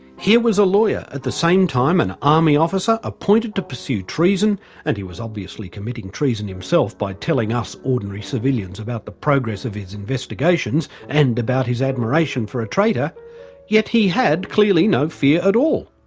here was a lawyer, at the same time an army officer appointed to pursue treason and he was obviously committing treason himself by telling us ordinary civilians about the progress of his investigations and about his admiration for a traitor yet he had clearly, no fear at all.